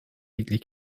wirklich